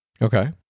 Okay